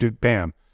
bam